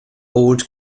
old